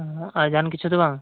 ᱦᱩᱸ ᱟᱨ ᱡᱟᱦᱟᱸᱱ ᱠᱤᱪᱷᱩ ᱫᱚ ᱵᱟᱝ